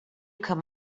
come